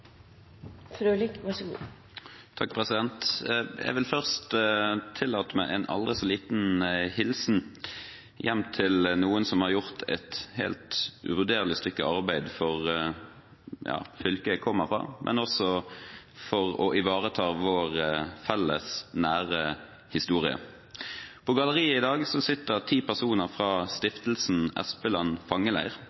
Jeg vil først tillate meg en aldri så liten hilsen hjem til noen som har gjort et uvurderlig stykke arbeid for fylket jeg kommer fra, men også for å ivareta vår felles nære historie. På galleriet i dag sitter ti personer fra